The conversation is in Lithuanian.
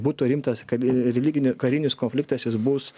būtų rimtas kad religini karinis konfliktas jis bus